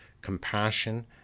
compassion